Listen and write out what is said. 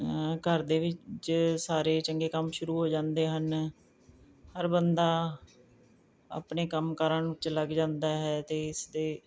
ਘਰ ਦੇ ਵਿੱਚ ਸਾਰੇ ਚੰਗੇ ਕੰਮ ਸ਼ੁਰੂ ਹੋ ਜਾਂਦੇ ਹਨ ਹਰ ਬੰਦਾ ਆਪਣੇ ਕੰਮ ਕਾਰਾਂ ਵਿੱਚ ਲੱਗ ਜਾਂਦਾ ਹੈ ਅਤੇ ਇਸਦੇ